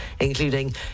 including